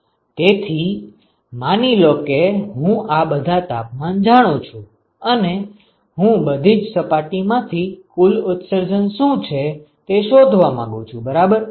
તેથી માની લો કે હું આ બધા તાપમાન જાણું છું અને હું બધીજ સપાટી માંથી કુલ ઉત્સર્જન શું છે તે શોધવા માંગુ છું બરાબર